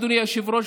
אדוני היושב-ראש,